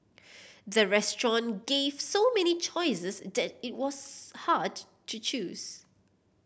the restaurant gave so many choices that it was hard to choose